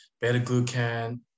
beta-glucan